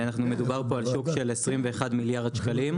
מדובר פה על שוק של 21 מיליארד שקלים.